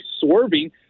swerving